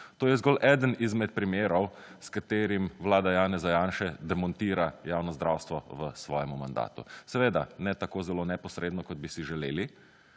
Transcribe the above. To je zgolj eden izmed primerov s katerim Vlada Janeza Janše demontira javno zdravstvo v svojemu mandatu. Seveda, ne tako zelo neposredno kot bi si želeli,